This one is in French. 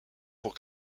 pour